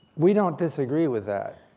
we don't disagree with that.